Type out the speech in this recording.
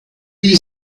you